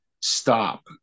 STOP